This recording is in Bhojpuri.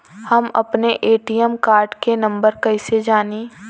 हम अपने ए.टी.एम कार्ड के नंबर कइसे जानी?